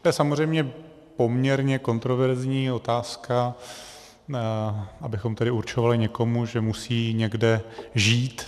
To je samozřejmě poměrně kontroverzní otázka, abychom určovali někomu, že musí někde žít.